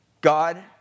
God